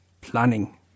planning